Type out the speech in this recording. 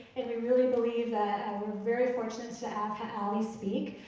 and we really believe that, and we're very fortunate to have have ali speak.